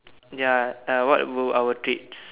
ya uh what would our treats